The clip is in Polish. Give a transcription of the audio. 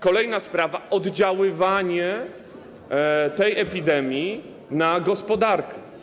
Kolejna sprawa - oddziaływanie tej epidemii na gospodarkę.